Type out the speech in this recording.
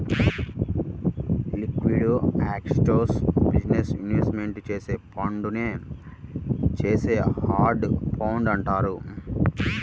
liquid అసెట్స్లో business investment చేసే ఫండునే చేసే హెడ్జ్ ఫండ్ అంటారు